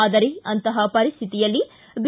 ಆದರೆ ಅಂತಹ ಪರಿಸ್ಕಿತಿಯಲ್ಲಿ ಬಿ